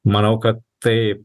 manau kad tai